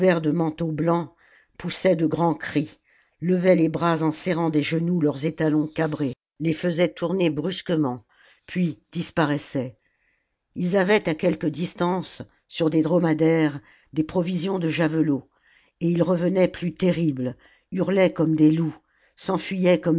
de manteaux blancs poussaient de grands cris levaient les bras en serrant des genoux leurs étalons cabrés les faisaient tourner brusquement puis disparaissaient ils avaient à quelque distance sur des dromadaires des provisions de javelots et ils revenaient plus terribles hurlaient comme des loups s'enfuyaient